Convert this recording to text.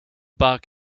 bark